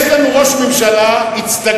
יש לנו ראש ממשלה איצטגנין,